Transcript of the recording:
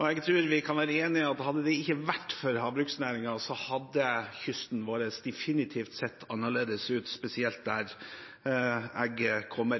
Jeg tror vi kan være enige om at hadde det ikke vært for havbruksnæringen, hadde kysten vår definitivt sett annerledes ut, spesielt der jeg kommer